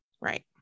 Right